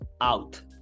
out